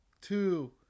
two